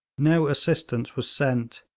no assistance was sent,